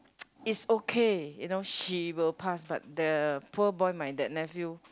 is okay you know she will pass but the poor boy my that nephew